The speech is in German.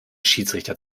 schiedsrichter